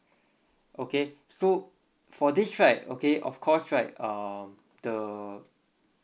okay so for this right okay of course right um the